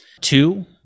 Two